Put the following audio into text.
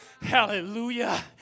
Hallelujah